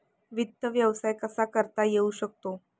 वित्त व्यवसाय कसा करता येऊ शकतो?